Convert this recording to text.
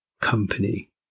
company